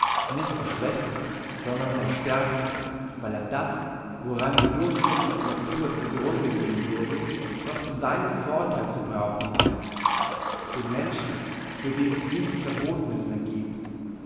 nicht aus schwäche sondern aus stärke weil er das woran die durchschnittliche natur zu grunde gehn würde noch zu seinem vortheile zu brauchen weiss den menschen für den es nichts verbotenes mehr giebt